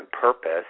purpose